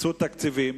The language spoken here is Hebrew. הקצו תקציבים,